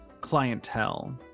clientele